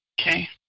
Okay